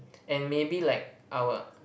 and maybe like our